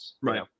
Right